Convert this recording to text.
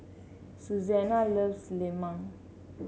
Susanna loves lemang